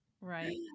Right